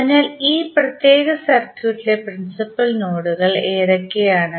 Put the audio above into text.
അതിനാൽ ഈ പ്രത്യേക സർക്യൂട്ടിലെ പ്രിൻസിപ്പൽ നോഡുകൾ എന്തൊക്കെയാണ്